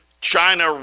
China